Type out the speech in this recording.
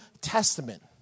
Testament